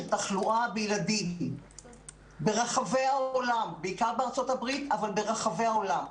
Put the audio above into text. תחלואה בילדים ברחבי העולם בעיקר בארצות הברית אבל ברחבי העולם.